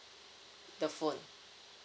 the phone